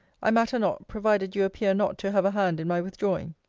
i matter not, provided you appear not to have a hand in my withdrawing.